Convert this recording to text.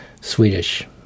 Swedish